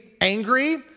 angry